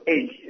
age